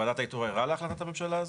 ועדת האיתור ערה להחלטת הממשלה הזו?